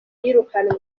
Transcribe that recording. yirukanywe